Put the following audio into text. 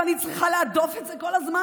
אני צריכה להדוף את זה כל הזמן,